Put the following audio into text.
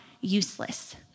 useless